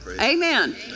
Amen